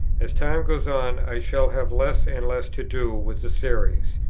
as time goes on, i shall have less and less to do with the series.